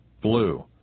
blue